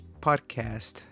podcast